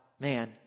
Man